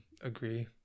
agree